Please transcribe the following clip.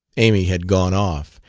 amy had gone off,